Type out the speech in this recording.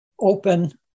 open